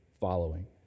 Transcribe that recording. following